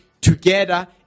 together